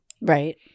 Right